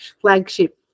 flagship